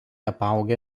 apaugę